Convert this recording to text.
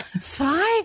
Five